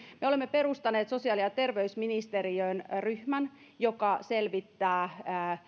me olemme perustaneet sosiaali ja terveysministeriöön ryhmän joka selvittää